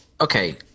Okay